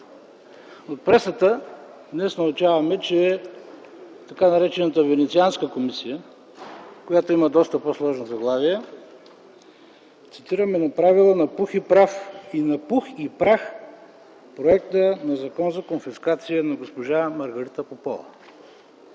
От пресата днес научаваме, че тъй наречената Венецианска комисия, която има доста по-сложно заглавие, цитирам: „е направила на пух и прах Законопроекта за конфискация на госпожа Маргарита Попова”.